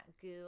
goo